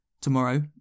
Tomorrow